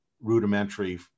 rudimentary